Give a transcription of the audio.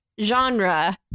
genre